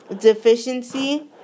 deficiency